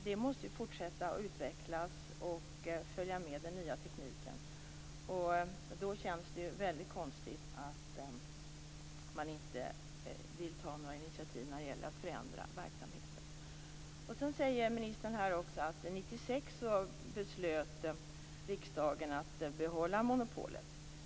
Det måste ju fortsätta att utvecklas och följa med den nya tekniken. Då känns det mycket konstigt att man inte vill ta några initiativ när det gäller förändra verksamheten. Ministern säger att riksdagen 1996 fattade beslut om att behålla monopolet.